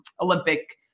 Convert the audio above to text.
Olympic